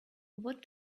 what